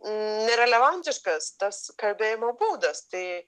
nerelevantiškas tas kalbėjimo būdas tai